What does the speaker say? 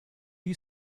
you